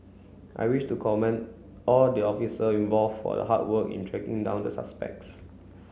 I wish to commend all the officer involved for the hard work in tracking down the suspects